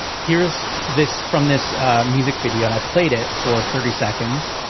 here's this from this music video. and i played it for thirty seconds.